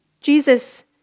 Jesus